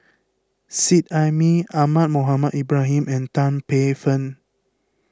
Seet Ai Mee Ahmad Mohamed Ibrahim and Tan Paey Fern